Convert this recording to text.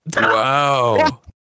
Wow